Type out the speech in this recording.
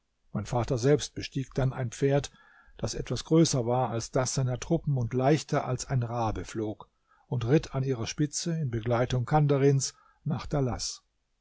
mein vater selbst bestieg dann ein pferd das etwas größer war als das seiner truppen und leichter als ein rabe flog und ritt an ihrer spitze in begleitung kandarins nach dalaß